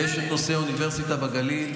יש את נושא האוניברסיטה בגליל.